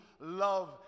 love